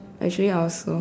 actually I also